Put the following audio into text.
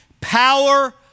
power